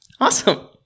awesome